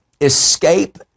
Escape